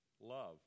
love